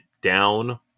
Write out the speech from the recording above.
down